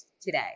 today